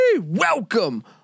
Welcome